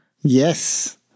Yes